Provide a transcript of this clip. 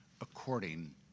according